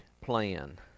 plan